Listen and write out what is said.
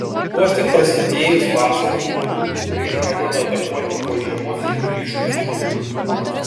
vos tik prasidėjus vasarai uodų būriai pradeda atakuoti po žiemos išblyškusius žmonių kūnus